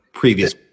Previous